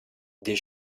des